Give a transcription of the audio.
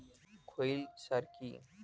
খৈল সার কি?